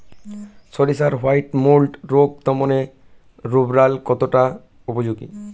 সরিষার white mold রোগ দমনে রোভরাল কতটা উপযোগী?